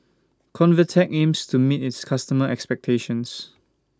Convatec aims to meet its customers' expectations